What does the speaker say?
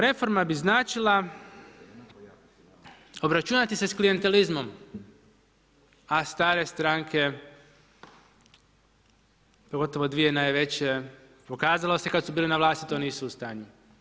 Reforma bi značila obračunati se s klijentelizmom, a stare stranke pogotovo dvije najveće, pokazalo se kad su bile na vlasti, to nisu u stanju.